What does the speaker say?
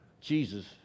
Jesus